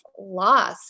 loss